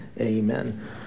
amen